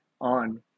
on